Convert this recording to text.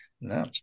No